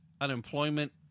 unemployment